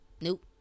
nope